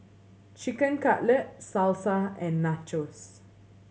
Chicken Cutlet Salsa and Nachos